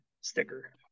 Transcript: sticker